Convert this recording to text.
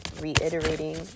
reiterating